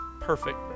perfect